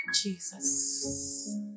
Jesus